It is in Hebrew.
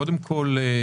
קודם כול,